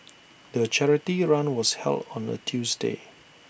the charity run was held on A Tuesday